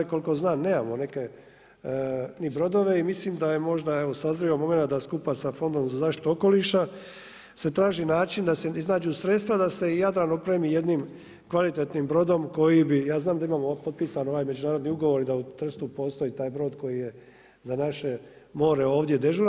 I koliko znam, nemamo neke ni brodove i mislim da je možda evo sazrio momenat da skupa sa Fondom za zaštitu okoliša se traži način da se iznađu sredstva da se i Jadran opremi jednim kvalitetnim brodom koji bi, ja znam, da imamo potpisan ovaj međunarodni ugovor i da u Trstu postoji taj brod koji je za naše more ovdje dežuran.